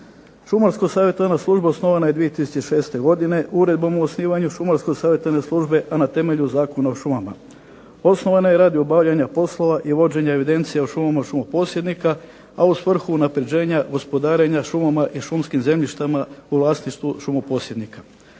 Šumarsko-savjetodavna služba osnovana je 2006. godine Uredbom o osnivanju Šumarsko-savjetodavne službe a na temelju Zakona o šumama. Osnovana je radi obavljanja poslova i vođenja evidencija o šumama šumoposjednika a u svrhu unapređenja, gospodarenja šumama i šumskim zemljištima u vlasništvu šumoposjednika.